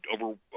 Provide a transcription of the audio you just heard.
over